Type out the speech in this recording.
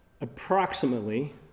approximately